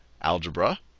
algebra